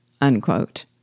unquote